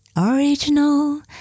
Original